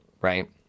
right